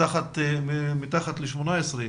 מתחת ל-18,